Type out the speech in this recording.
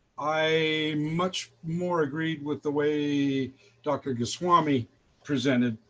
i much more agreed with the way dr. goswami presented